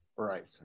Right